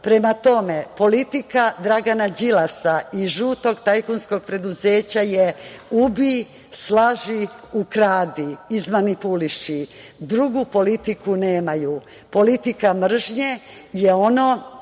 rad. Prema tome, politika Dragana Đilasa i žutog tajkunskog preduzeća je – ubij, slaži, ukradi, izmanipuliši. Drugu politiku nemaju. Politika mržnje, i to